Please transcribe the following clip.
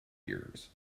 years